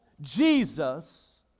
Jesus